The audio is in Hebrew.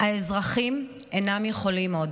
האזרחים אינם יכולים עוד.